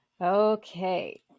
Okay